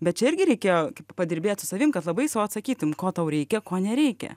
bet čia irgi reikėjo padirbėti su savim kad labai sau atsakytum ko tau reikia ko nereikia